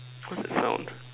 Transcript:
what's that sound